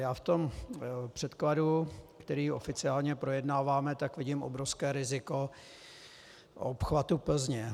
Já v tom předkladu, který oficiálně projednáváme, vidím obrovské riziko obchvatu Plzně.